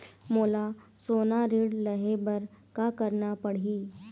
मोला सोना ऋण लहे बर का करना पड़ही?